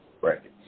Brackets